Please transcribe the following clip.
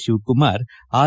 Shivakumar R